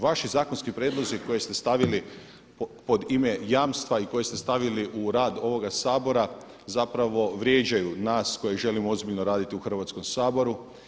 Vaši zakonski prijedlozi koje ste stavili pod ime jamstva i koje ste stavili u rad ovoga Sabora zapravo vrijeđaju nas koji želimo ozbiljno raditi u Hrvatskom saboru.